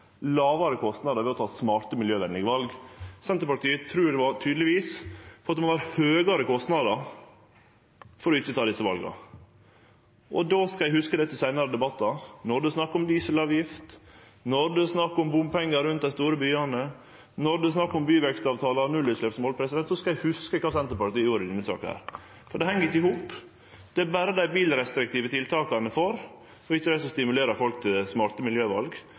lågare kostnader ved å ta smarte miljøvenlege val. Senterpartiet trur tydelegvis at det må vere høgare kostnader for ikkje å ta desse vala. Det skal eg hugse til seinare debattar. Når det er snakk om dieselavgift, når det er snakk om bompengar rundt dei store byane, når det er snakk om byvekstavtalar og nullutsleppsmål, skal eg hugse kva Senterpartiet gjorde i denne saka. For det heng ikkje i hop. Det er berre dei bilrestriktive tiltaka ein får, og ikkje det som stimulerer folk til å ta smarte miljøval.